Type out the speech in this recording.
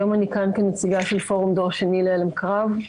היום אני כאן כנציגה של פורום דור שני להלם קרב,